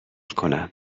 کنم